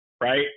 right